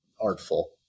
artful